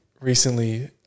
recently